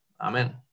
Amen